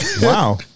Wow